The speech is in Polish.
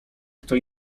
kto